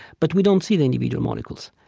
but we don't see the individual molecules.